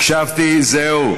הקשבתי, זהו.